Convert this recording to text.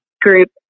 group